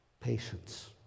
Patience